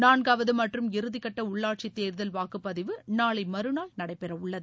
நான்காவது மற்றும் இறுதிகட்ட உள்ளாட்சித் தேர்தல் வாக்குப்பதிவு நாளை மறுநாள் நனடபெற உள்ளது